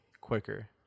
quicker